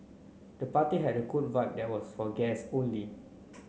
the party had a cooler vibe there was for guest only